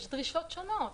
יש דרישות שונות.